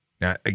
Now